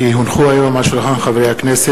כי הונחו היום על שולחן הכנסת,